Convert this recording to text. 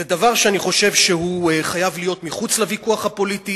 זה דבר שאני חושב שהוא חייב להיות מחוץ לוויכוח הפוליטי.